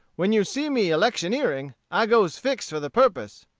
when you see me electioneering, i goes fixed for the purpose.